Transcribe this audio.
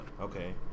okay